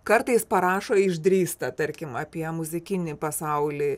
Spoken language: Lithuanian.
kartais parašo išdrįsta tarkim apie muzikinį pasaulį